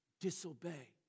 disobey